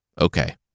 Okay